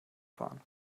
fahren